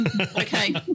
okay